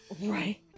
Right